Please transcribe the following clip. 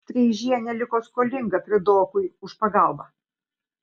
streižienė liko skolinga priudokui už pagalbą